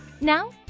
Now